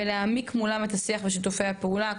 להעמיק מולם את השיח ולהרחיב את שיתופי הפעולה איתם,